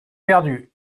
perdu